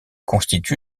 constitue